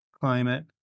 climate